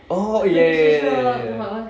oh ya ya ya ya ya